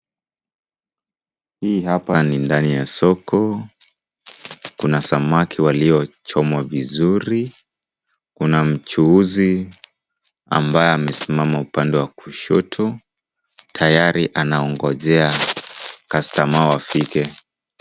Hii hapa ni ndani ya soko . Kuna samaki waliochomwa vizuri. Kuna mchuuzi ambaye amesimama upande wa kushoto tayari anaongonjea customer wafike.